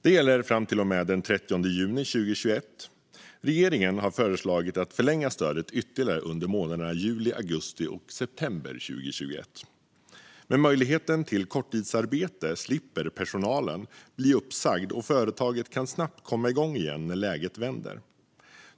Det gäller fram till och med den 30 juni 2021. Regeringen har föreslagit att förlänga stödet ytterligare under månaderna juli, augusti och september 2021. Med möjligheten till korttidsarbete slipper personalen bli uppsagd, och företaget kan snabbt komma igång igen när läget vänder.